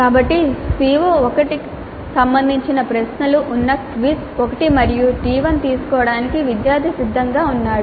కాబట్టి CO1 కు సంబంధించిన ప్రశ్నలు ఉన్న క్విజ్ 1 మరియు టి 1 తీసుకోవడానికి విద్యార్థి సిద్ధంగా ఉన్నాడు